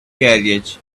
carriage